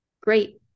great